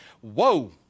whoa